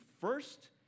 first